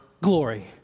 glory